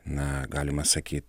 na galima sakyt